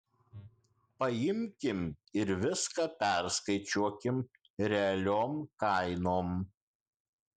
paimkim ir viską perskaičiuokim realiom kainom